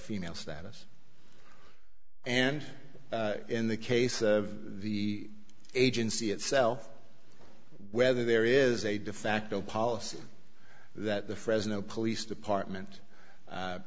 female status and in the case of the agency itself whether there is a de facto policy that the fresno police department